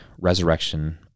resurrection